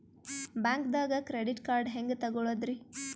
ಬ್ಯಾಂಕ್ದಾಗ credit card ಹೆಂಗ್ ತಗೊಳದ್ರಿ?